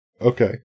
Okay